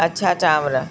अछा चांवरु